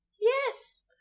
Yes